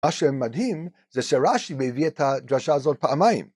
‫מה שמדהים זה שרש"י ‫מביא את הדרשה הזאת פעמיים.